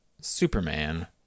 Superman